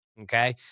Okay